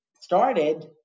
started